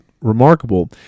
remarkable